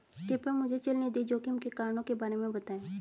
कृपया मुझे चल निधि जोखिम के कारणों के बारे में बताएं